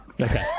Okay